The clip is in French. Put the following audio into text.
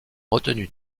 retenues